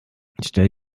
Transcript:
stell